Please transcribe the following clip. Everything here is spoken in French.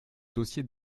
dossier